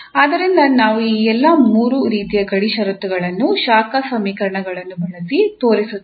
ಆದ್ದರಿಂದ ನಾವು ಈ ಎಲ್ಲಾ ಮೂರು ರೀತಿಯ ಗಡಿ ಷರತ್ತುಗಳನ್ನು ಶಾಖ ಸಮೀಕರಣಗಳನ್ನು ಬಳಸಿ ತೋರಿಸುತ್ತೇವೆ